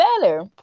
better